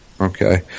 Okay